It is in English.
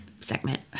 segment